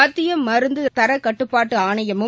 மத்திய மருந்து தர கட்டுப்பாட்டு ஆணையமும்